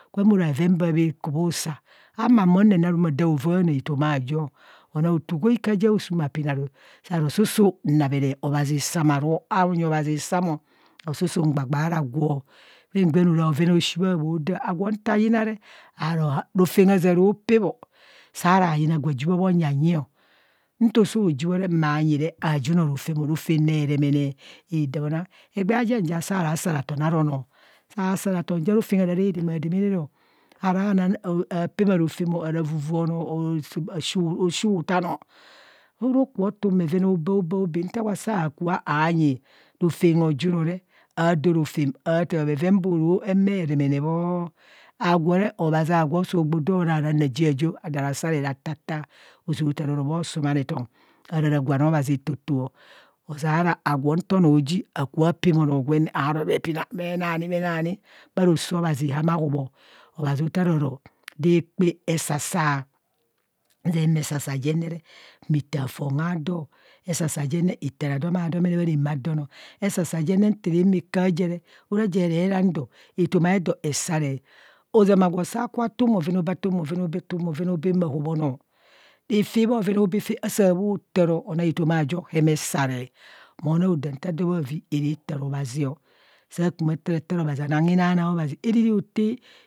Gwem ara bheven bhabhe ku bhusa. ahuma humu nyene aru ma daa vaava etoma ajo anang otuu gwike aja osuum apina, saa ro susu nameree obhazi samaruo, aonyi obhazi sam ọ oro susu mgbaghaa aro gwo. gwen gwen arạạ bhoven aoshi bhabho daa, aguro nta yina re, aro rofem hazaro pee bho saara yina gwa ji bho nyanyi ọ. nto soo ji bho re manyi re ajuno rofem ọ rofem rofem re- remene redamọ anang egbee ajen, ja saa ra sarathon ara onọọ, saa sarathon ja rofem ara radama damana ọ ahara na aa pema rofem ọ or avuvua onọọ or oshutana ọ soo ro kukho otun bhoven aobee abee abee nta gwo saa kabha aanyi rofem hojunore ado rofem athaa bheven bee ree mee remene bhọọ agwo re, obhazi agwo osogbo do nang nang reje ajo adaa ra saaree ratataa, ozama taararo bhosumarethon ạrạrạ gwan obhazi etotoo, ozeara agwo nto onọọ oji akabu pema onọọ gwen nee, aroo bhepina bhenan bhenani bha roso obhazi hamaa hubho. Obhazi otharoro daa kpaa esasa, me humo esasaa jen ne re nzia humo esasa jen nere ataa fon aado, esasa jen ne ataa adomadomene bha ramadon ọ. esasa jen ne ntarama kaa je re ora je re nang dọọ etoma eedo esaree. Ozama agwo saa kubho atun obheven aobee, tun bboven aobee, tun bhoven aobee, maa hubhe onọọ refe bho, bhoven fe asaa bho taaro, anang etoma jo hemee saree, mo nanag odam nto ado bhavi aara taa obhaziọ saa kuma karataa obhazi, arire okaa.